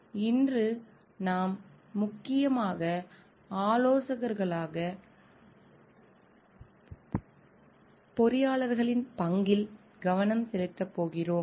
இன்று நாம் முக்கியமாக ஆலோசகர்களாக பொறியாளர்களின் பங்கில் கவனம் செலுத்தப் போகிறோம்